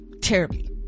terribly